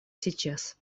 сейчас